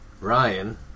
Ryan